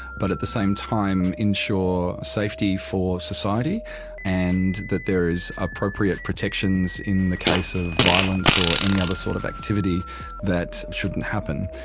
but at the same time ensure safety for society and that there is appropriate protections in the case of violence or any other sort of activity that shouldn't happen.